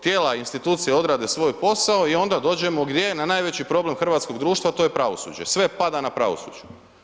Tijela, institucije odrade svoj posao i onda dođemo gdje, na najveći problem hrvatskog društva a to je pravosuđe, sve pada na pravosuđe.